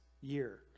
year